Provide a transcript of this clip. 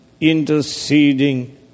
interceding